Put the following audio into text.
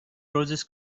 roses